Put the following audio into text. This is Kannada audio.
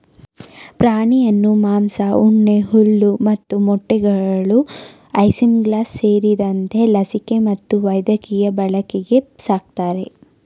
ಪ್ರಾಣಿಯನ್ನು ಮಾಂಸ ಉಣ್ಣೆ ಹಾಲು ಮತ್ತು ಮೊಟ್ಟೆಗಳು ಐಸಿಂಗ್ಲಾಸ್ ಸೇರಿದಂತೆ ಲಸಿಕೆ ಮತ್ತು ವೈದ್ಯಕೀಯ ಬಳಕೆಗೆ ಸಾಕ್ತರೆ